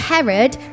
Herod